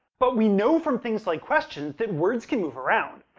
but we know from things like questions that words can move around.